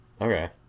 Okay